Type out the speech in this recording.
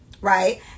right